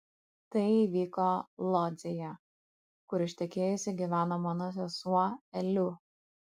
tai įvyko lodzėje kur ištekėjusi gyveno mano sesuo eliu